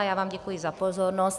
Já vám děkuji za pozornost.